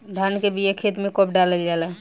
धान के बिया खेत में कब डालल जाला?